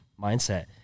mindset